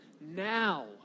now